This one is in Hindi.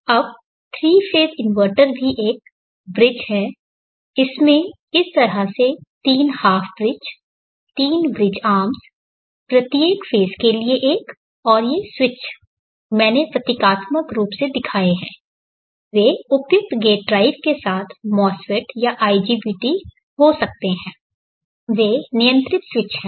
अब 3 फेज़ इन्वर्टर भी एक ब्रिज है इसमें इस तरह से 3 हाफ ब्रिज है 3 ब्रिज आर्म्स प्रत्येक फेज़ के लिए एक है और ये स्विच मैंने प्रतीकात्मक रूप से दिखाए हैं वे उपयुक्त गेट ड्राइव के साथ MOSFETs या IGBT हो सकते हैं वे नियंत्रित स्विच हैं